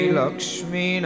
Lakshmi